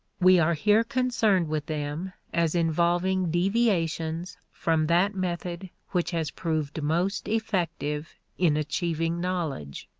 we are here concerned with them as involving deviations from that method which has proved most effective in achieving knowledge,